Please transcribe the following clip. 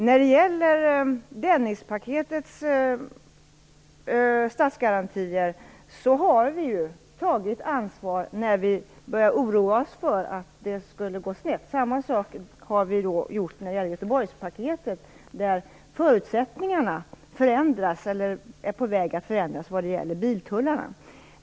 När det gäller statsgarantierna för Dennispaketet tog vi ansvar när vi började oroa oss för att det skulle gå snett. Samma sak gäller för Göteborgspaketet, där förutsättningarna förändras eller är på väg att förändras vad gäller biltullarna.